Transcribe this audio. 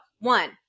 one